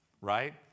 Right